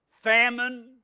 famine